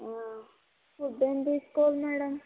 food ఏం తీసుకోవాలి madam